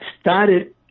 started